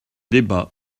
débat